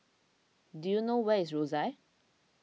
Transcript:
do you know where is Rosyth